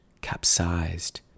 capsized